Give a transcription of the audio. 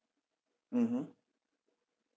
mmhmm